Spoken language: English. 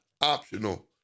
optional